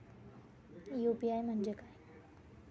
UPI म्हणजे काय?